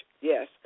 yes